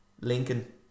Lincoln